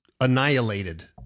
annihilated